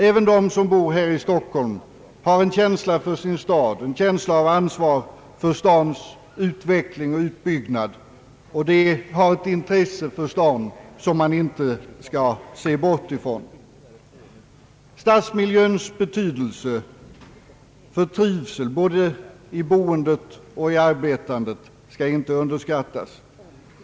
Även de som bor i Stockholm har en känsla för sin stad, en känsla av ansvar för stadens utveckling och utbyggnad, och de har ett intresse för staden som man inte skall se bort ifrån. Stadsmiljöns betydelse för trivseln — både i boendet och i arbetandet — skall inte underskattas.